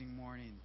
morning